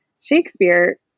Shakespeare